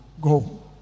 Go